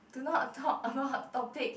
do not talk about topic